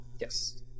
Yes